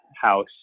house